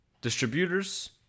distributors